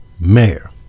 mayor